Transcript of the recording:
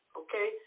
okay